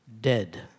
dead